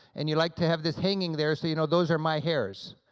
and you like to have this hanging there so you know, those are my hairs,